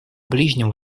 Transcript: ближнем